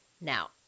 Now